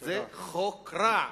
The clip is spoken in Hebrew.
זה חוק רע.